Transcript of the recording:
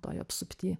toj apsupty